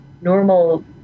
normal